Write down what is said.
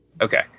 Okay